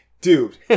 Dude